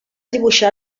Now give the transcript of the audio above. dibuixar